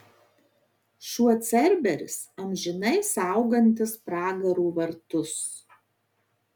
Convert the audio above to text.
šuo cerberis amžinai saugantis pragaro vartus